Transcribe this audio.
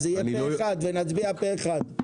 אז היה פה אחד ונצביע פה אחד.